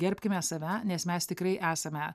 gerbkime save nes mes tikrai esame